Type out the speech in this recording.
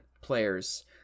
players